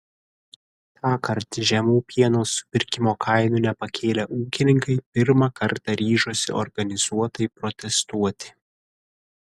tąkart žemų pieno supirkimo kainų nepakėlę ūkininkai pirmą kartą ryžosi organizuotai protestuoti